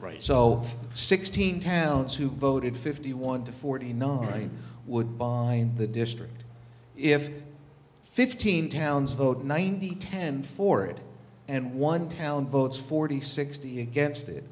right so sixteen towns who voted fifty one to forty nine right would bind the district if fifteen towns vote ninety ten for it and one town votes forty sixty against it